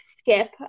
skip